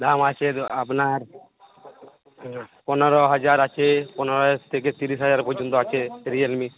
দাম আছে দ আপনার পনেরো হাজার আছে পনেরো হাজার থেকে তিরিশ হাজার পর্যন্ত আছে রিয়েলমি